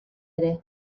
ere